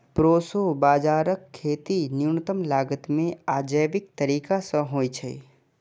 proso बाजाराक खेती न्यूनतम लागत मे आ जैविक तरीका सं होइ छै